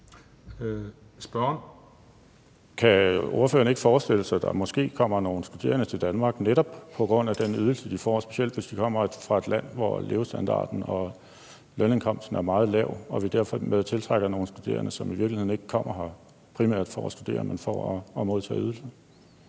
Kan ordføreren ikke forestille sig, at der måske kommer nogle studerende til Danmark netop på grund af den ydelse, de får, og specielt hvis de kommer fra et land, hvor levestandarden og lønindkomsten er meget lav, og som derfor vil tiltrække nogle studerende, som i virkeligheden ikke kommer her primært for at studere, men for at modtage ydelsen?